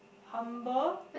humble